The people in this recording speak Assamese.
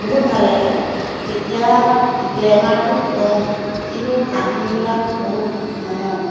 বহুত ভাল লাগে তেতিয়া গ্লেমাৰটো কম কিন্তু কাহিনীবিলাক বহুত মানে